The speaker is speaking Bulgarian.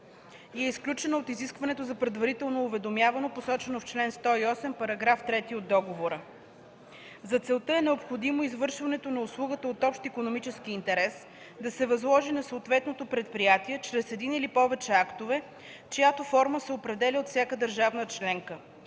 и е изключена от изискването за предварително уведомяване, посочено в чл.108, параграф 3 от договора. За целта е необходимо извършването на услугата от общ икономически интерес да се възложи на съответното предприятие чрез един или повече актове, чиято форма се определя от всяка държава членка.